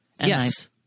Yes